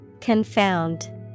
Confound